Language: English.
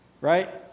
Right